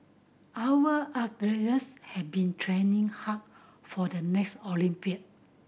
our had been training hard for the next Olympic